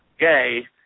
Gay